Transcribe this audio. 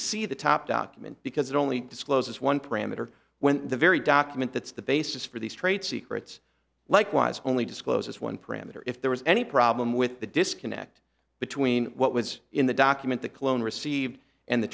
see the top document because it only discloses one parameter when the very document that's the basis for these trade secrets likewise only discloses one parameter if there was any problem with the disconnect between what was in the document the clone received and the